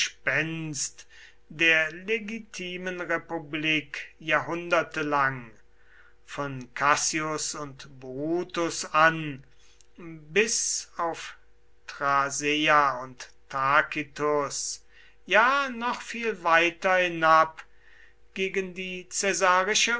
gespenst der legitimen republik jahrhunderte lang von cassius und brutus an bis auf thrasea und tacitus ja noch viel weiter hinab gegen die